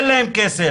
אין להם כסף.